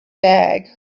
bag